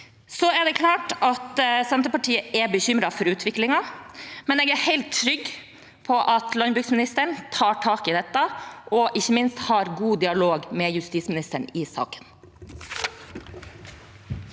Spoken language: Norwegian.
Det er klart at Senterpartiet er bekymret for utviklingen, men jeg er helt trygg på at landbruksministeren tar tak i dette og ikke minst har god dialog med justisministeren i saken.